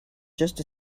just